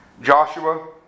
Joshua